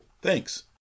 Thanks